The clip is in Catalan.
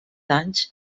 anys